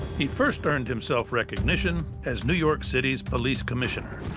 he first earned himself recognition as new york city's police commissioner,